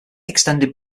extended